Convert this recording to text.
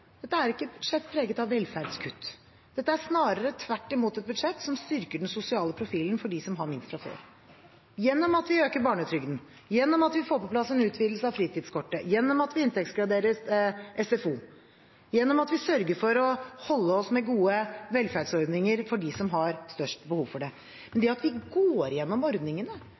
dette er ikke et budsjett preget av velferdskutt. Dette er snarere tvert imot et budsjett som styrker den sosiale profilen for dem som har minst fra før, gjennom at vi øker barnetrygden, gjennom at vi får på plass en utvidelse av fritidskortet, gjennom at vi inntektsgraderer SFO, gjennom at vi sørger for å holde oss med gode velferdsordninger for dem som har størst behov for det. Men det å gå gjennom ordningene